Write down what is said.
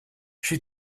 she